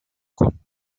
kommt